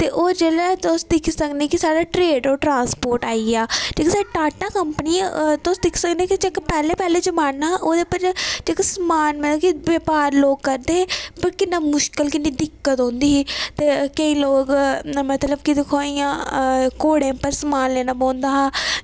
होर जियां तुस दिक्खी सकने की साढ़े ट्रेड और ट्रांसपोर्ट आइया जेह्की टाटा कंपनी ऐ ते तुस दिक्खी सकने कि जेह्का पैह्लें पैह्लें जमाना हा ओह्दे पर समान ते जेह्का बपार लोग करदे हे ते किन्नी मुशकल ते किन्नी दिक्कत औंदी ही ते केईं लोग मतलब कि दिक्खो कि इंया घोड़ें पर समान लेनां पौंदा हा